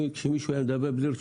כשמישהו היה מדבר בלי רשות,